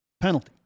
penalty